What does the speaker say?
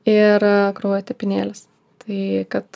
ir kraujo tepinėlis tai kad